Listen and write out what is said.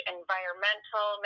environmental